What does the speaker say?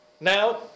Now